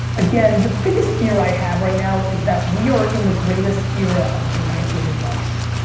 again, the biggest fear i have right now is that we are in the greatest era of blanket advice.